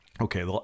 Okay